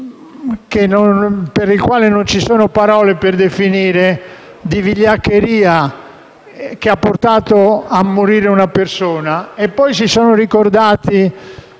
il quale non ci sono parole, un gesto di vigliaccheria, che ha portato a morire una persona;